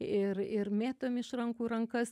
ir ir mėtomi iš rankų į rankas